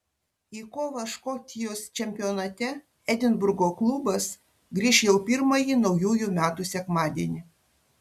į kovą škotijos čempionate edinburgo klubas grįš jau pirmąjį naujųjų metų sekmadienį